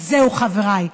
אז זהו, חבריי,